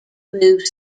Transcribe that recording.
move